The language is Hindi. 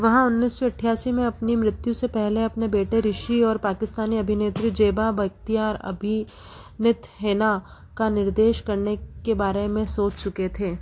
वह उन्नीस सौ अठासी में अपनी मृत्यु से पहले अपने बेटे ऋषि और पाकिस्तानी अभिनेत्री जेबा बख्तियार अभि नीत हेना का निर्देश करने के बारे में सोच चुके थे